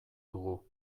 dugu